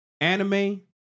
Anime